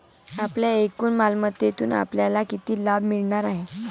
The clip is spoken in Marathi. आपल्या एकूण मालमत्तेतून आपल्याला किती लाभ मिळणार आहे?